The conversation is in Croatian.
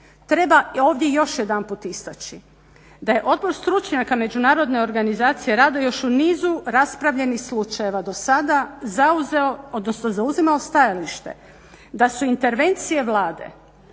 treba ovdje još jedanput istaći da je odbor stručnjaka međunarodne organizacije radom još u nizu raspravljenih slučajeva do sada zauzeo odnosno zauzimao stajalište da su intervencije Vlade